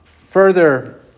Further